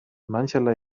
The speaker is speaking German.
mancherlei